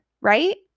right